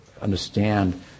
understand